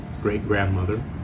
great-grandmother